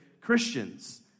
Christians